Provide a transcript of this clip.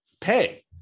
pay